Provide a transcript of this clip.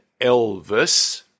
Elvis